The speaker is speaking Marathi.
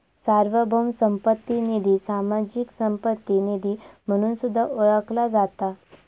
सार्वभौम संपत्ती निधी, सामाजिक संपत्ती निधी म्हणून सुद्धा ओळखला जाता